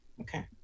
Okay